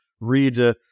read